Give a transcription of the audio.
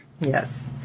Yes